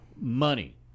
money